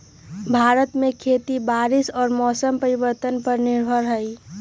भारत में खेती बारिश और मौसम परिवर्तन पर निर्भर हई